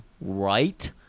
right